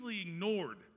ignored